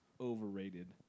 overrated